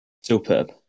superb